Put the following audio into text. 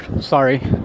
sorry